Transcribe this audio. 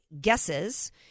guesses